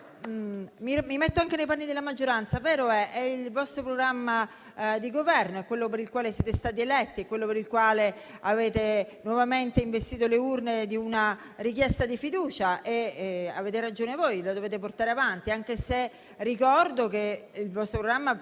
mi metto anche nei panni della maggioranza. È il vostro programma di Governo, quello per il quale siete stati eletti e avete nuovamente investito le urne di una richiesta di fiducia. Avete ragione voi: lo dovete portare avanti, anche se ricordo che il vostro programma